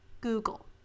Google